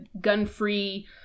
gun-free